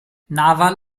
naval